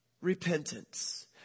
repentance